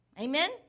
Amen